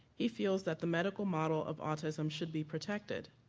he feels that the medical model of autism should be protected.